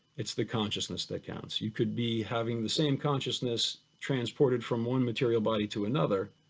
it's the consciousness that counts. you could be having the same consciousness transported from one material body to another,